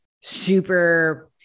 super